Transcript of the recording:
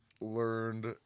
learned